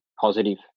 positive